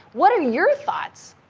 what are your thoughts?